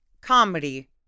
comedy